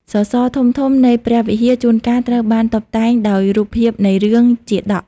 សសរធំៗ នៃព្រះវិហារជួនកាលត្រូវបានតុបតែងដោយរូបភាពនៃរឿង ជាតក។